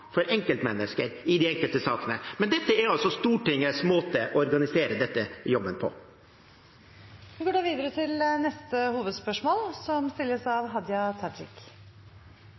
for enkeltmennesker i de enkelte sakene. Men dette er altså Stortingets måte å organisere denne jobben på. Vi går videre til neste hovedspørsmål.